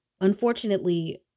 unfortunately